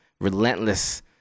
relentless